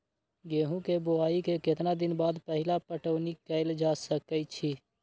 गेंहू के बोआई के केतना दिन बाद पहिला पटौनी कैल जा सकैछि?